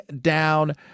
down